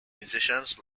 musicians